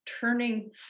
turning